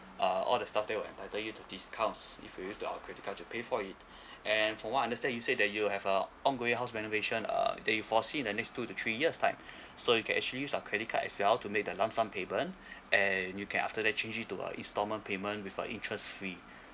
uh all the stuff there will entitle you to discounts if you use our credit card to pay for it and from what I understand you said that you will have a ongoing house renovation uh that you foresee in the next two to three years time so you can actually use our credit card as well to make the lump sum payment and you can after that change it to a installment payment with a interest free